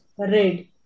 Red